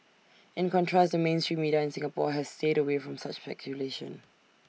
in contrast the mainstream media in Singapore has stayed away from such speculation